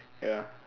ya